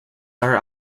are